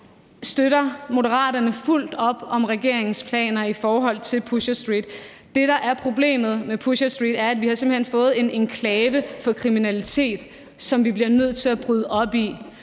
støtter Moderaterne fuldt op om regeringens planer i forhold til Pusher Street. Det, der er problemet med Pusher Street, er, at vi simpelt hen har fået en enklave med kriminalitet, som vi bliver nødt til at bryde op.